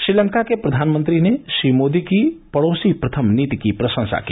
श्रीलंका के प्रधानमंत्री ने श्री मोदी की पड़ोसी प्रथम नीति की प्रशंसा की